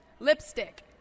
lipstick